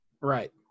Right